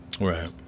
Right